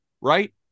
right